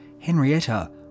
Henrietta